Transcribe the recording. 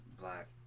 Black